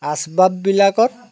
আচবাব বিলাকত